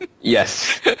yes